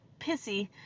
pissy